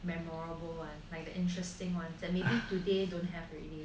memorable one like the interesting one maybe today don't have already